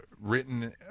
written